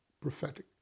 prophetic